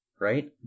right